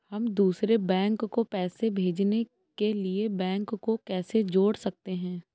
हम दूसरे बैंक को पैसे भेजने के लिए बैंक को कैसे जोड़ सकते हैं?